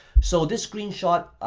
so this screenshot